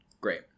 Great